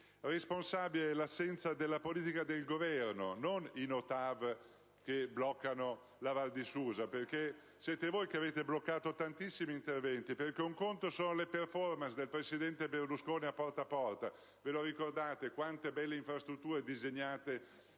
responsabile è l'assenza della politica del Governo, non i No Tav che bloccano la Val di Susa. Siete voi che avete bloccato tantissimi interventi, perché un conto sono le *performance* del presidente Berlusconi a «Porta a Porta» (vi ricordate quante belle infrastrutture disegnate